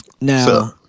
now